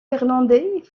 irlandais